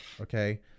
Okay